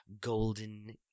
golden